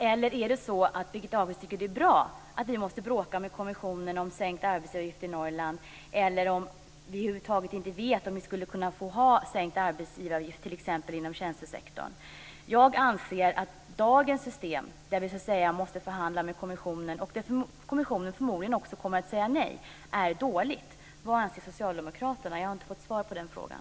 Eller tycker Birgitta Ahlqvist att det är bra att vi måste bråka med kommissionen om sänkt arbetsgivaravgift i Norrland, eller är det över huvud taget så att vi inte vet om vi skulle kunna få ha sänkt arbetsgivaravgift, t.ex. inom tjänstesektorn? Jag anser att dagens system där vi måste förhandla med kommissionen - förmodligen kommer kommissionen att säga nej - är dåligt. Vad anser socialdemokraterna? Jag har inte fått något svar på den frågan.